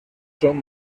son